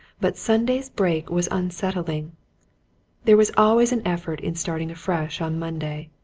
but sunday's break was unsettling there was always an effort in starting afresh on monday.